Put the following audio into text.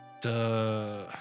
Duh